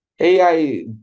AI